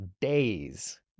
days